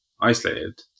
isolated